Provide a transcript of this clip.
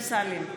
חבר הכנסת אמסלם,